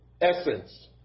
essence